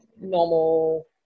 normal